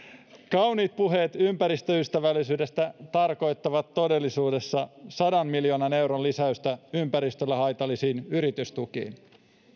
kauniit puheet ympäristöystävällisyydestä tarkoittavat todellisuudessa sadan miljoonan euron lisäystä ympäristölle haitallisiin yritystukiin